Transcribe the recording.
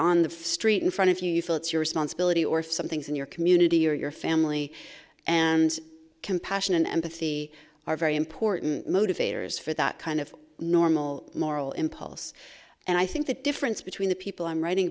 on the street in front of you you feel it's your responsibility or if something's in your community or your family and compassion and empathy are very important motivators for that kind of normal moral impulse and i think the difference between the people i'm writing